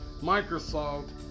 Microsoft